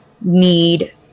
need